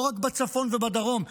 לא רק בצפון ובדרום,